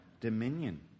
dominion